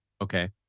Okay